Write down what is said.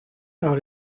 par